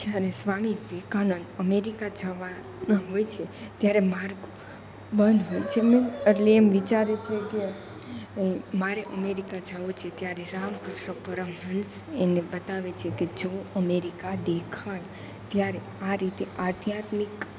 જ્યારે સ્વામી વિવેકાનંદ અમેરિકા જવાના હોય છે ત્યારે માર્ગ બંધ હોય છે એટલે એમ વિચારે છેકે મારે અમેરિકા જવું છે ત્યારે રામકૃષ્ણ પરમહંસ એને બતાવે છેકે જો અમેરિકા દેખાય ત્યારે આ રીતે આધ્યાત્મિક